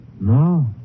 No